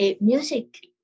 music